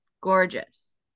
Gorgeous